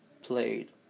played